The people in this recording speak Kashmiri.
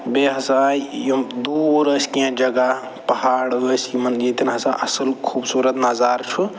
بیٚیہِ ہسا آیہِ یِم دوٗر ٲسۍ کیٚنہہ جگہ پہاڑ ٲسۍ یِمَن ییٚتٮ۪ن ہسا اَصٕل خوٗبصوٗرَت نظارٕ چھُ